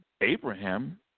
Abraham